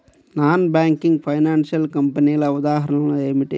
Non banking financial కంపెనీల ఉదాహరణలు ఏమిటి?